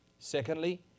Secondly